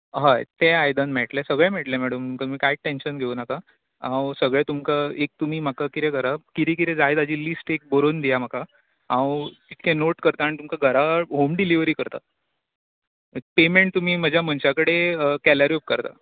हय ते आयदन मेळटलें सगळें मेळटलें मॅडम तुमी कांयच टँशन घेवं नाका हांव सगळें तुमकां एक तुमी म्हाका कितें करा कितें कितें जाय ताची लिस्ट एक बरोवन दिया म्हाका हांव ते नोट करता आनी तुमका घरा हॉम डिलीवरी करता पेमँट तुमी म्हज्या मनशा कडेन केल्यारूय उपकारता